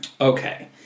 Okay